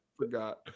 forgot